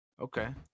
Okay